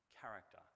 character